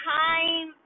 time